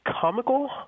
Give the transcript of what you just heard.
Comical